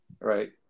Right